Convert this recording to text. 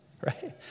right